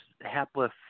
hapless